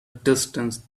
distance